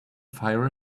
fire